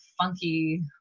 funky